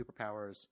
superpowers